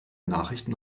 nachrichten